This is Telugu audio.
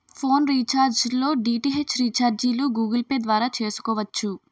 ఫోన్ రీఛార్జ్ లో డి.టి.హెచ్ రీఛార్జిలు గూగుల్ పే ద్వారా చేసుకోవచ్చు